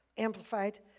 Amplified